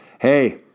hey